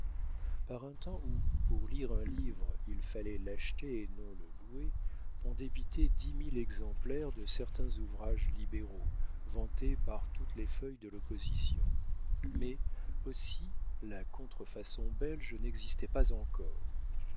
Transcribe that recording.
par un temps où pour lire un livre il fallait l'acheter et non le louer on débitait dix mille exemplaires de certains ouvrages libéraux vantés par toutes les feuilles de l'opposition mais aussi la contre façon belge n'existait pas encore